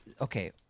okay